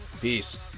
Peace